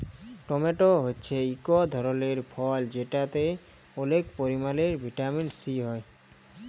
tomato হছে ইক ধরলের ফল যেটতে অলেক পরিমালে ভিটামিল সি হ্যয়